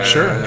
Sure